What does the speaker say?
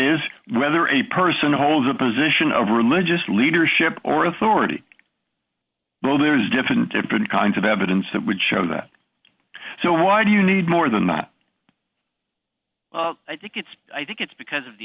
is whether a person holds a position of religious leadership or authority though there's different different kinds of evidence that would show that so why do you need more than the well i think it's i think it's because of the